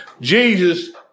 Jesus